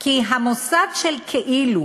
כי המוסד של כאילו,